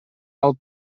алып